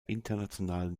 internationalen